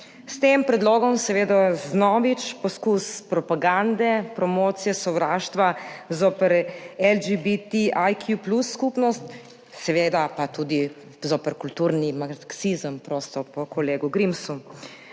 S tem predlogom seveda vnovič poskus propagande, promocije sovraštva zoper LGBTIQ+ skupnost, seveda pa tudi zoper kulturni marksizem, prosto po kolegu Grimsu.